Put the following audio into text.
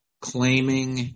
claiming